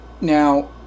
now